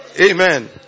amen